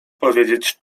powiedzieć